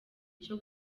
cyo